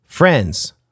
Friends